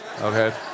okay